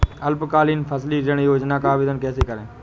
अल्पकालीन फसली ऋण योजना का आवेदन कैसे करें?